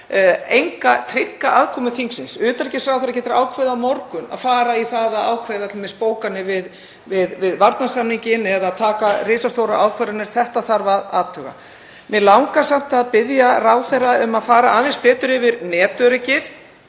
enga trygga aðkomu þingsins. Utanríkisráðherra getur ákveðið á morgun að fara í það að ákveða t.d. bókanir við varnarsamninginn eða taka risastórar ákvarðanir. Þetta þarf að athuga. Mig langar samt að biðja ráðherra um að fara aðeins betur yfir netöryggið